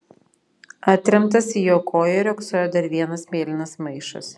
atremtas į jo koją riogsojo dar vienas mėlynas maišas